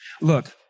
Look